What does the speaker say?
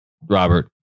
Robert